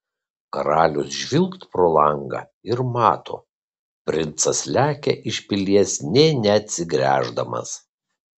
karalius žvilgt pro langą ir mato princas lekia iš pilies nė neatsigręždamas